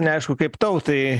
neaišku kaip tautai